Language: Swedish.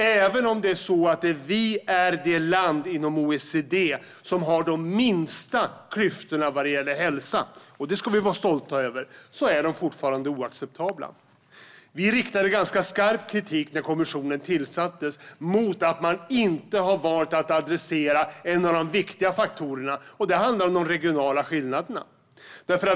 Även om vi är det land inom OECD som har de minsta klyftorna vad gäller hälsa - och det ska vi vara stolta över - är de fortfarande oacceptabla. Vi riktade ganska skarp kritik när kommissionen tillsattes mot att man inte har valt att adressera en av de viktiga faktorerna. Det handlar om de regionala skillnaderna.